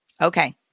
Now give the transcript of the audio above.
Okay